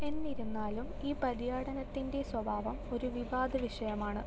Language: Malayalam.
എന്നിരുന്നാലും ഈ പര്യടനത്തിൻ്റെ സ്വഭാവം ഒരു വിവാദ വിഷയമാണ്